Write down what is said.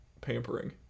pampering